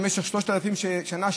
במשך שלושת אלפים שנה,